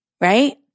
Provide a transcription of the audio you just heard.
right